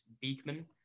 Beekman